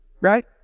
right